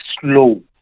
slow